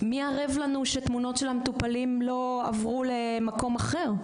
מי ערב לנו שתמונות של המטופלים לא עברו למקום אחר?